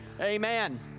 Amen